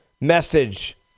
message